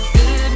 Good